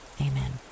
Amen